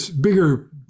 bigger